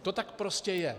To tak prostě je.